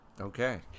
Okay